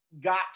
got